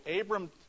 Abram